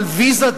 על ויזה,